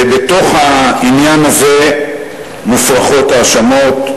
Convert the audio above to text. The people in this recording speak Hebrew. ובתוך העניין הזה מופרחות ההאשמות.